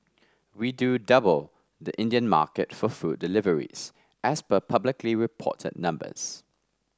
we do double the Indian market for food deliveries as per publicly reported numbers